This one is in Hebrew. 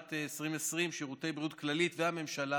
בשנת 2020 שירותי בריאות כללית והממשלה